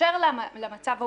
באשר למצב העובדתי,